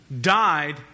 died